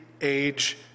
age